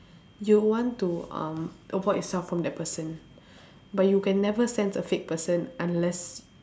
you want to um avoid yourself from that person but you can never sense a fake person unless